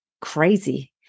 crazy